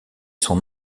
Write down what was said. son